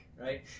right